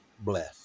Bless